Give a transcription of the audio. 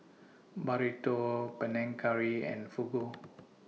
Burrito Panang Curry and Fugu